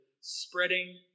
spreading